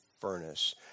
furnace